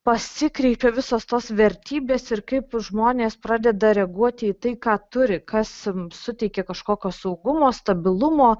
pasikreipė visos tos vertybės ir kaip žmonės pradeda reaguoti į tai ką turi kas suteikia kažkokio saugumo stabilumo